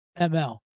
ml